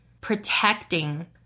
protecting